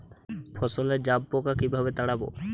ফসলে জাবপোকা কিভাবে তাড়াব?